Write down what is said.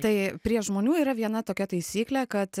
tai prie žmonių yra viena tokia taisyklė kad